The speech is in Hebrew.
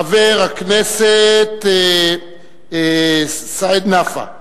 חבר הכנסת סעיד נפאע.